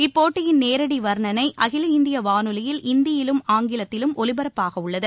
இப்போட்டியின் நேரடி வர்ணனை அகில இந்திய வானொலியில் இந்தியிலும் ஆங்கிலத்திலும் ஒலிபரப்பாகவுள்ளது